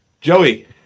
Joey